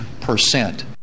percent